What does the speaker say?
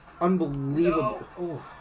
unbelievable